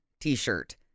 T-shirt